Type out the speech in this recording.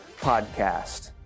podcast